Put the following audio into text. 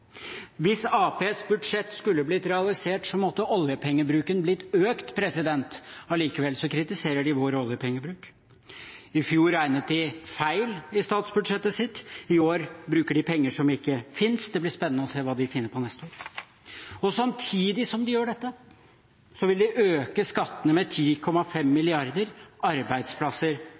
Hvis Arbeiderpartiets budsjett skulle blitt realisert, måtte oljepengebruken blitt økt. Allikevel kritiserer de vår oljepengebruk. I fjor regnet de feil i statsbudsjettet sitt, i år bruker de penger som ikke finnes. Det blir spennende å se hva de finner på neste år. Samtidig som de gjør dette, vil de øke skattene med 10,5